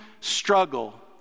struggle